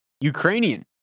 Ukrainian